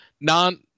non